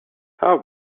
how